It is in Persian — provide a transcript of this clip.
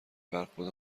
برخورد